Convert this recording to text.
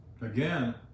again